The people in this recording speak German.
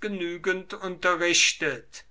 genügend unterrichtet